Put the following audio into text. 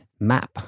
map